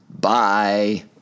Bye